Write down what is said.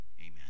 Amen